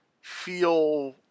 feel